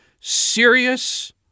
Serious